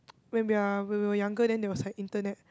when we're when we were younger then there was like internet